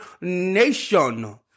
nation